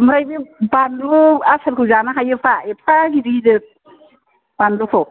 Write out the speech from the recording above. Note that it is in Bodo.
ओमफ्राय बे बानलु आसारखौ जानो हायोफा एफा गिदिर गिदिर बानलुखौ